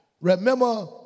Remember